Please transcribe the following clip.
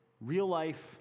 real-life